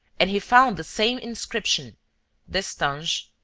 and he found the same inscription destange,